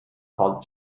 called